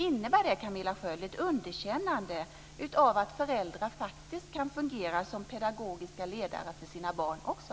Innebär det, Camilla Sköld Jansson, ett underkännande av att föräldrar faktiskt kan fungera som pedagogiska ledare för sina barn också?